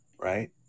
right